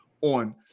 on